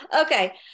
Okay